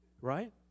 right